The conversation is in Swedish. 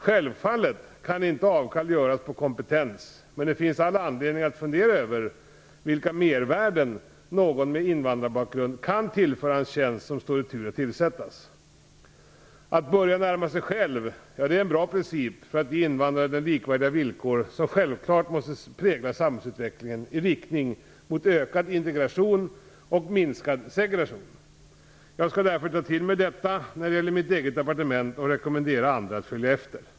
Självfallet kan inte avkall göras på kompetens, men det finns all anledning att fundera över vilka mervärden någon med invandrarbakgrund kan tillföra en tjänst som står i tur att tillsättas. Att börja närma sig själv är en bra princip för att ge invandrare de likvärdiga villkor som självklart måste prägla samhällsutvecklingen i riktning mot ökad integration och minskad segregation. Jag skall därför ta till mig detta när det gäller mitt eget departement och rekommendera andra att följa efter.